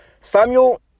Samuel